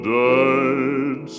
died